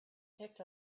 kicked